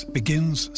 begins